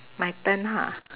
my turn ha